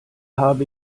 habe